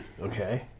Okay